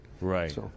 Right